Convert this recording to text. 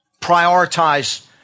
prioritize